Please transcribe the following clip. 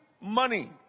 money